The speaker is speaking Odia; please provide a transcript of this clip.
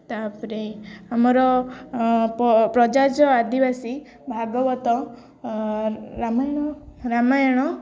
ତା'ପରେ ଆମର ପ୍ରଜାଜ ଆଦିବାସୀ ଭାଗବତ ରାମାୟଣ ରାମାୟଣ